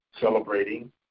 celebrating